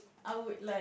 I would like